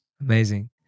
Amazing